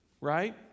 right